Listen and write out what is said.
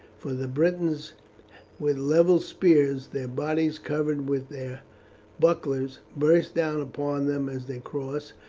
for the britons with levelled spears, their bodies covered with their bucklers, burst down upon them as they crossed,